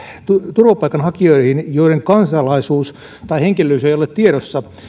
turvapaikanhakijoihin joiden kansalaisuus tai henkilöllisyys ei ole tiedossa